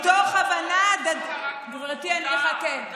קראת את ההחלטה של בג"ץ?